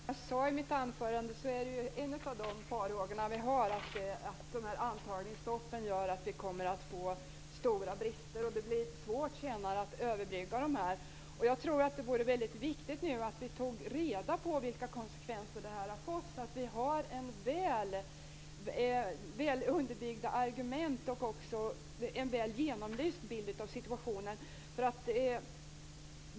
Herr talman! Som jag sade i mitt anförande är en av de farhågor vi har att antagningsstoppen gör att vi kommer att få stora brister. Det blir svårt att senare överbrygga dem. Jag tror att det vore väldigt viktigt att vi nu tog reda på vilka konsekvenserna har blivit, så att vi har väl underbyggda argument och även en väl genomlyst bild av situationen.